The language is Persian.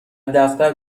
دفتر